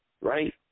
Right